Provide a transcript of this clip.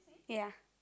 ya